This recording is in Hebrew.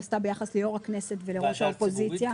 היא עשתה ביחס ליו"ר הכנסת ולראש האופוזיציה.